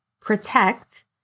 protect